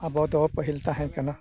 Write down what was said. ᱟᱵᱚ ᱫᱚ ᱯᱟᱹᱦᱤᱞ ᱛᱟᱦᱮᱸ ᱠᱟᱱᱟ